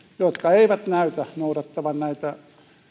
jotka eivät näytä noudattavan näitä